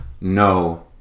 No